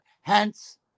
Hence